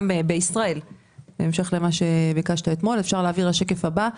אפשר להעביר לשקף הבא.